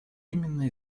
именно